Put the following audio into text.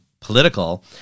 political